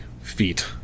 feet